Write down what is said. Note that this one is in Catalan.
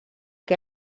què